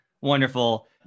Wonderful